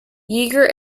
yeager